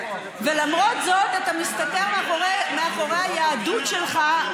ולמרות זאת אתה מסתתר מאחורי היהדות שלך,